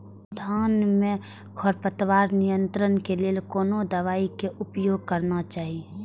धान में खरपतवार नियंत्रण के लेल कोनो दवाई के उपयोग करना चाही?